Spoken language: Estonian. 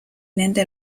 nende